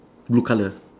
blue colour